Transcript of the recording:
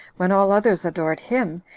when all others adored him,